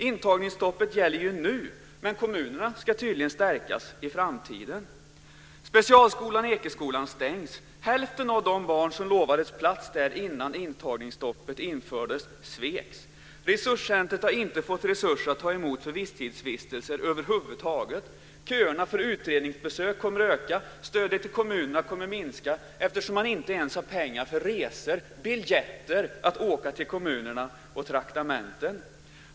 Intagningsstoppet gäller ju nu, men kommunerna ska tydligen stärkas i framtiden. Specialskolan Ekeskolan stängs. Hälften av de barn som lovades plats där innan intagningsstoppet infördes sveks. Resurscentret har över huvud taget inte fått resurser att ta emot barn för visstidsvistelser. Köerna för utredningsbesök kommer att bli längre. Stödet till kommunerna kommer att minska eftersom det inte finns pengar för resor, biljetter och traktamenten för att åka till kommunerna.